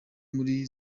muri